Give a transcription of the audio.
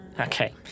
Okay